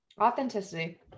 authenticity